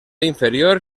inferior